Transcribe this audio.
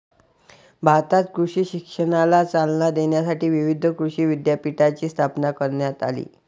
भारतात कृषी शिक्षणाला चालना देण्यासाठी विविध कृषी विद्यापीठांची स्थापना करण्यात आली